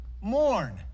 mourn